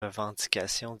revendication